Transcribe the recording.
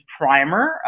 primer